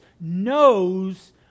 knows